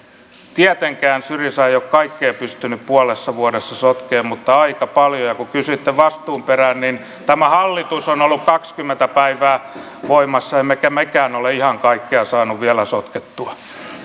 tietenkään syriza ei ole kaikkea pystynyt puolessa vuodessa sotkemaan mutta aika paljon ja kun kysyitte vastuun perään niin tämä hallitus on ollut kaksikymmentä päivää voimassa emmekä mekään ole ihan kaikkea saaneet vielä sotkettua